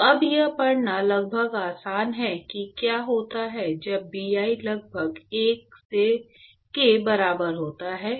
तो अब यह पढ़ना लगभग आसान है कि क्या होता है जब Bi लगभग 1 के बराबर होता है